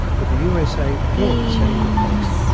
with the usa again setting the pace.